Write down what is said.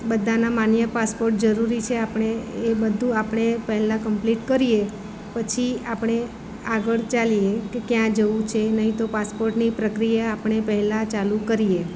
બધાના માન્ય પાસપોર્ટ જરૂરી છે આપણે એ બધું આપણે પહેલાં કંપલીટ કરીએ પછી આપણે આગળ ચાલીએ કે ક્યાં જવું છે નહીં તો પાસપોર્ટની પ્રક્રિયા આપણે પહેલાં ચાલુ કરીએ